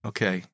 Okay